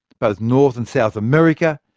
both north and south america,